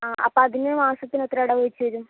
ആ അപ്പം അതിന് മാസത്തിന് എത്ര അടവ് വച്ച് വരും